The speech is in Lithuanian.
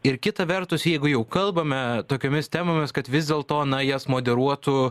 ir kita vertus jeigu jau kalbame tokiomis temomis kad vis dėlto na jas moderuotų